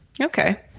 Okay